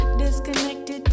disconnected